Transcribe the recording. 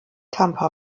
tampa